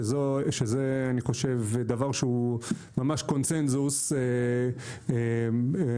שאני חושב שזה דבר שהוא ממש בקונצנזוס רחב.